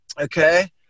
Okay